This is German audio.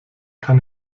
kann